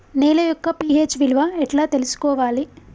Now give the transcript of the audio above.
నేల యొక్క పి.హెచ్ విలువ ఎట్లా తెలుసుకోవాలి?